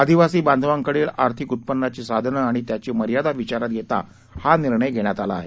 आदिवासी बांधवाकडील आर्थिक उत्पन्नाची साधन आणि त्यांची मर्यादा विचारात घेता हा निर्णय घेण्यात आला आहे